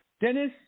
Dennis